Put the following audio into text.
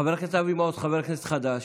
חבר הכנסת אבי מעוז הוא חבר כנסת חדש.